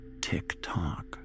tick-tock